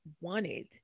wanted